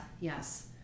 yes